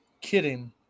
Kidding